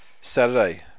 Saturday